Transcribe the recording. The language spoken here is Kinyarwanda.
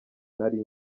nari